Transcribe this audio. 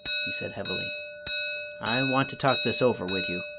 he said heavily i want to talk this over with you.